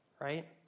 right